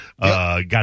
got